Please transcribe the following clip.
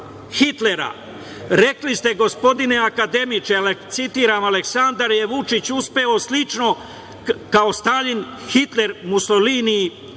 rekli ste gospodine akademiče, citiram – Aleksandar Vučić je uspeo slično, kao Staljin, Hitler, Musolini i Franko.